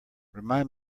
remind